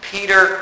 Peter